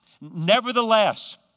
nevertheless